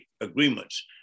agreements